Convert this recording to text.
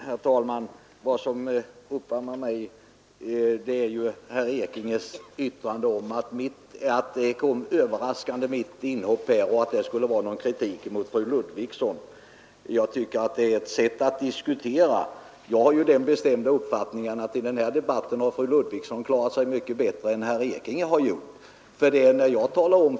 Herr talman! Det som föranledde mig att nu ta till orda var herr Ekinges yttrande att mitt inhopp kom överraskande och att jag gjorde det därför att kritik hade riktats mot fru Ludvigsson. Det tycker jag är ett underligt sätt att diskutera, och jag har för övrigt den bestämda uppfattningen att fru Ludvigsson har klarat sig mycket bättre i denna debatt än vad herr Ekinge har gjort.